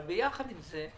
אבל יחד עם זה,